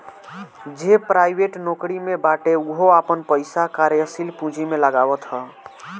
जे प्राइवेट नोकरी में बाटे उहो आपन पईसा कार्यशील पूंजी में लगावत हअ